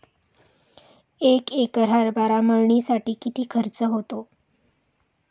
एक एकर हरभरा मळणीसाठी किती खर्च होतो?